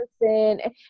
person